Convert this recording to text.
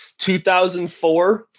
2004